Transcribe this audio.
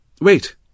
Wait